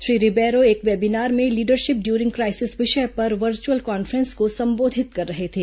श्री रिबैरो एक वेबीनार में leadership during crisis विषय पर वर्चुअल कॉन्फ्रेंस को संबोधित कर रहे थे